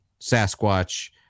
Sasquatch